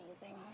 amazing